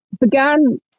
began